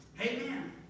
Amen